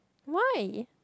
why